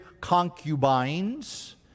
concubines